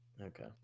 okay